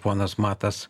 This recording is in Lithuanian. ponas matas